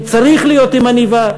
הוא צריך להיות עם עניבה.